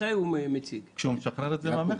כשהוא משחרר את זה מן המכס.